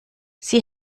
sie